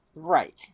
right